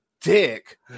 dick